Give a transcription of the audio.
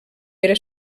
era